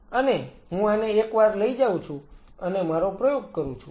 અને હું આને એકવાર લઈ જાઉં છું અને મારો પ્રયોગ કરું છું